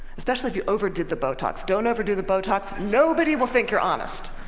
especially if you overdid the botox. don't overdo the botox nobody will think you're honest.